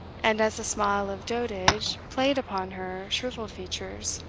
and, as the smile of dotage played upon her shrivelled features,